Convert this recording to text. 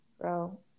bro